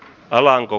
alanko